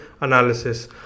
analysis